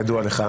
כידוע לך,